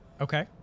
okay